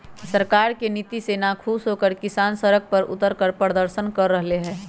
सरकार के नीति से नाखुश होकर किसान सड़क पर उतरकर प्रदर्शन कर रहले है